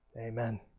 Amen